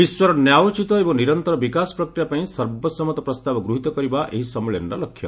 ବିଶ୍ୱର ନ୍ୟାୟୋଚିତ ଏବଂ ନିରନ୍ତର ବିକାଶ ପ୍ରକ୍ରିୟାପାଇଁ ସର୍ବସମ୍ମତ ପ୍ରସ୍ତାବ ଗୃହୀତ କରିବା ଏହି ସମ୍ମିଳନୀର ଲକ୍ଷ୍ୟ